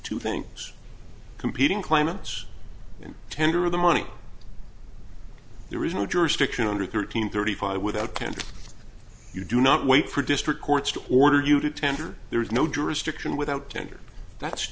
two things competing claimants and tender of the money there is no jurisdiction under thirteen thirty five without candy you do not wait for district courts to order you to tender there is no jurisdiction without tenure that's